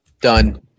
Done